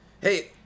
Hey